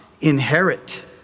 inherit